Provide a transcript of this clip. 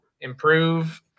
improve